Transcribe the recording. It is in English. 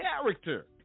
character